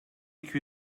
iki